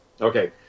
Okay